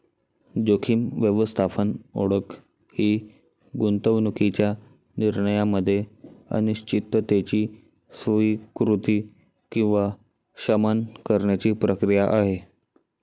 जोखीम व्यवस्थापन ओळख ही गुंतवणूकीच्या निर्णयामध्ये अनिश्चिततेची स्वीकृती किंवा शमन करण्याची प्रक्रिया आहे